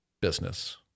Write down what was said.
business